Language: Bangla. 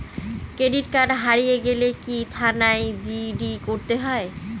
ক্রেডিট কার্ড হারিয়ে গেলে কি থানায় জি.ডি করতে হয়?